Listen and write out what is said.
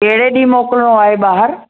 कहिड़े ॾींहुं मोकिलणो आहे ॿाहिरि